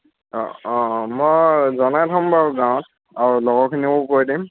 অঁ অঁ মই জনাই থম বাৰু গাঁৱত আৰু লগৰখিনিকো কৈ দিম